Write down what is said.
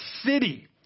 city